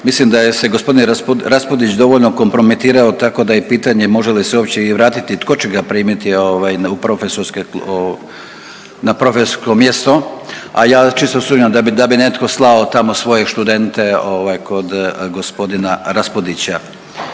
mislim da se je g. Raspudić dovoljno kompromitirao tako da je pitanje može li se uopće i vratiti, tko će ga primiti ovaj u profesorske, na profesorsko mjesto, a ja čisto sumnjam da bi, da bi netko slao tamo svoje študente ovaj kod g. Raspudića.